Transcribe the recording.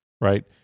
right